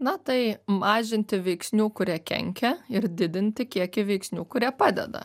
na tai mažinti veiksnių kurie kenkia ir didinti kiekį veiksnių kurie padeda